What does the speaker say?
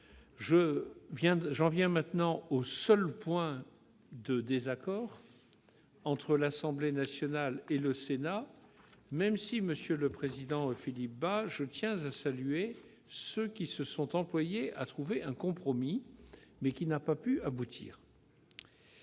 J'en viens maintenant au seul point de désaccord entre l'Assemblée nationale et le Sénat, même si, monsieur le président Philippe Bas, je tiens à saluer ceux qui se sont employés à trouver un compromis, sans y parvenir.